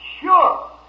Sure